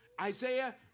Isaiah